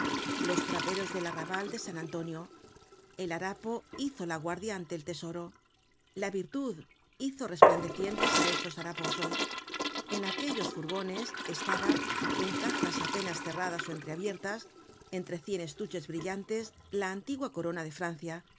los traperos del arrabal de san antonio el harapo hizo la guardia ante el tesoro la virtud hizo resplandecientes á estos haraposos en aquellos furgones estaba en cajas apenas cerradas ó entreabiertas entre cien estuches brillantes la antigua corona de francia